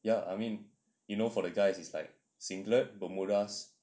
ya I mean you know for the guys it's like singlet bermudas